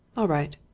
all right.